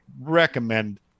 recommend